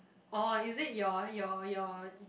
oh is it your your your